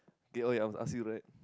okay oh ya I must ask you right